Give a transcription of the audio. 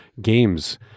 games